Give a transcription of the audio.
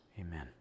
Amen